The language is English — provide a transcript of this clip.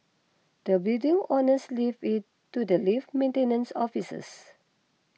the building owners leave it to the lift maintenance officers